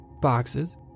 Boxes